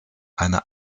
eine